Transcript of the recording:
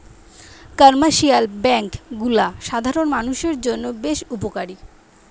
commercial bank গুলা সাধারণ মানুষের জন্য বেশ উপকারী